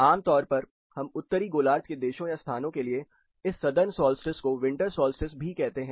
आमतौर पर हम उत्तरी गोलार्ध के देशों या स्थानों के लिए इस सदर्न सॉल्स्टिस को विंटर सोल्स्टिस भी कहते हैं